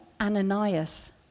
Ananias